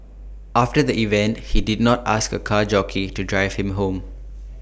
after the event he did not ask A car jockey to drive him home